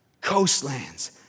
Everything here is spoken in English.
coastlands